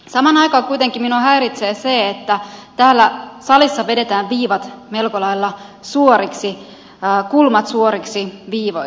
samaan aikaan kuitenkin minua häiritsee se että täällä salissa vedetään viivat melko lailla suoriksi kulmat suoriksi viivoiksi